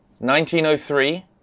1903